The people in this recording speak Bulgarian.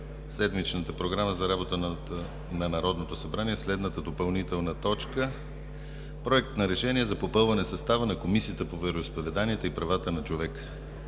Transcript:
седмичната програма за работа на Народното събрание следната допълнителна точка: Проект на решение за попълване състава на Комисията по вероизповеданията и правата на човека.